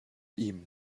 ihm